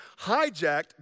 hijacked